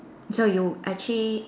so you actually